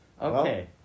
Okay